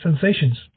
sensations